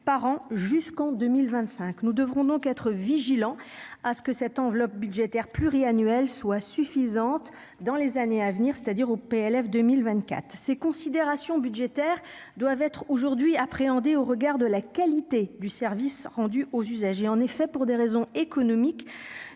par an jusqu'en 2025, nous devrons donc être vigilants à ce que cette enveloppe budgétaire pluriannuel soit suffisante dans les années à venir, c'est-à-dire au PLF 2024 ces considérations budgétaires doivent être aujourd'hui appréhender au regard de la qualité du service rendu aux usagers, en effet, pour des raisons économiques,